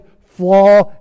flaw